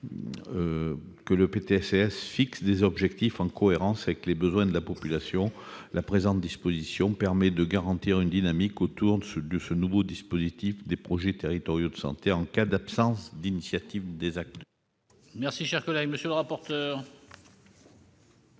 que le PTS fixe des objectifs en cohérence avec les besoins de la population. La présente disposition permet de garantir une dynamique autour de ce nouveau dispositif des projets territoriaux de santé en cas d'absence d'initiatives des acteurs. Quel est l'avis de